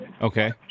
okay